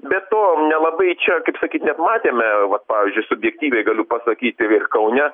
be to nelabai čia kaip sakyt net matėme vat pavyzdžiui subjektyviai galiu pasakyti kaune